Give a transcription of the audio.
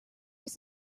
was